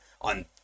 on